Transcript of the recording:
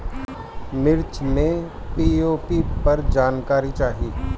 मिर्च मे पी.ओ.पी पर जानकारी चाही?